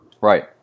Right